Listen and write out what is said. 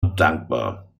dankbar